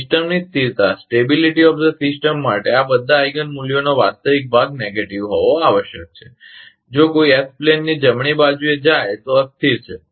સિસ્ટમની સ્થિરતા માટે આ બધા આઈગિન મૂલ્યોનો વાસ્તવિક ભાગ નકારાત્મક હોવો આવશ્યક છે જો કોઈ એસ પ્લેન ની જમણી બાજુએ જાય તો તે અસ્થિર છે